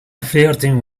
flirting